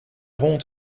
hond